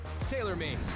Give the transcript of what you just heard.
TaylorMade